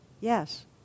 Yes